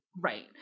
Right